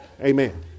amen